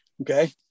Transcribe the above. okay